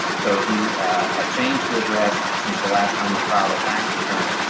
so if you have changed your address since the last time you filed a tax return,